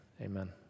amen